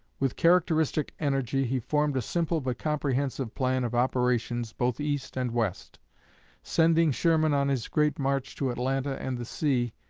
with characteristic energy he formed a simple but comprehensive plan of operations both east and west sending sherman on his great march to atlanta and the sea,